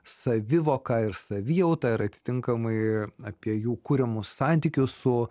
savivoką ir savijautą ir atitinkamai apie jų kuriamų santykius su